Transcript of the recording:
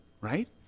right